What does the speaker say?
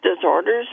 disorders